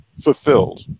fulfilled